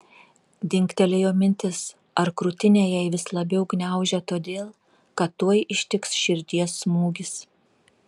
dingtelėjo mintis ar krūtinę jai vis labiau gniaužia todėl kad tuoj ištiks širdies smūgis